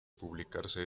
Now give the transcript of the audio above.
publicarse